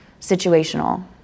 situational